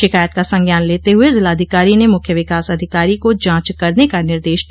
शिकायत का संज्ञान लेते हुए जिलाधिकारी ने मुख्य विकास अधिकारी को जांच करने का निर्देश दिया